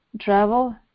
travel